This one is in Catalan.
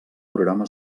programa